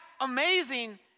amazing